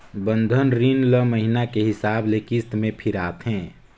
बंधन रीन ल महिना के हिसाब ले किस्त में फिराथें